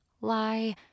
Lie